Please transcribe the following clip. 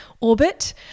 Orbit